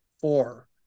four